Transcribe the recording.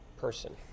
Person